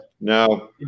no